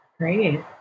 Great